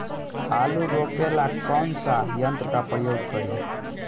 आलू रोपे ला कौन सा यंत्र का प्रयोग करी?